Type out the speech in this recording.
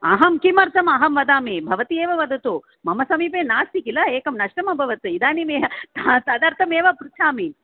अहं किमर्थम् अहं वदामि भवती एव वदतु मम समीपे नास्ति किल एकं नष्टम् अभवत् इदानीम् एव तदर्थम् एव पृच्छामि